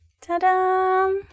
Ta-da